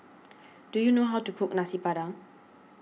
do you know how to cook Nasi Padang